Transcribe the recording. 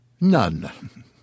none